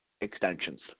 extensions